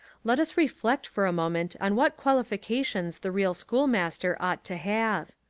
let us reflect for a moment on what quali fications the real schoolmaster ought to have.